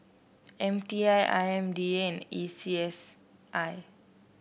M T I I M D A and A C S I